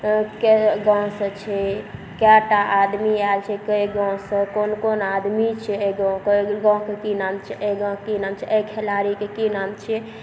के गाँवसँ छै कएकटा आदमी आएल छै कएक गाँवससँ कोन कोन आदमी छै गाँवके की नाम छिए गाँवके की नाम छिए खेलाड़ीके की नाम छिए